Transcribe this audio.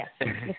Yes